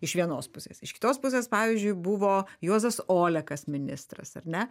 iš vienos pusės iš kitos pusės pavyzdžiui buvo juozas olekas ministras ar ne